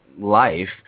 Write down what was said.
life